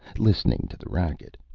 listening to the racket.